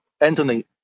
Anthony